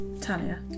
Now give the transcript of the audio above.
Talia